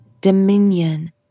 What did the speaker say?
Dominion